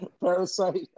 Parasite